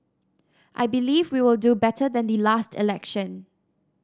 I believe we will do better than the last election